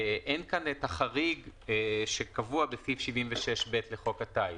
אין כאן החריג שקבוע בסעיף 76ב לחוק הטיס,